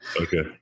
okay